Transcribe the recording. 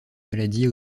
maladie